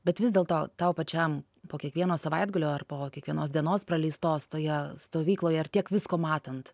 bet vis dėlto tau pačiam po kiekvieno savaitgalio ar po kiekvienos dienos praleistos toje stovykloje ar tiek visko matant